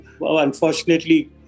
unfortunately